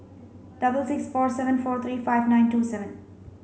double six four seven four three five nine two seven